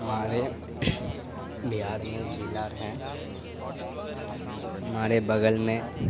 ہمارے بہار میں جلار ہیں ہمارے بگل میں